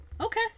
Okay